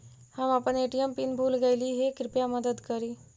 हम अपन ATM pin भूल गईली हे, कृपया मदद करी